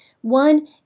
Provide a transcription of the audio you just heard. One